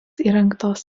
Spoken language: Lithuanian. įrengtos